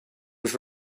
was